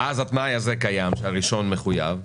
אז קיים התנאי הזה שהראשון מחויב,